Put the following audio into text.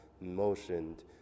motioned